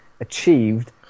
achieved